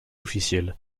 officiel